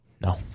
no